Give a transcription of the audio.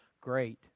great